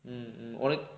mm உனக்~:unak~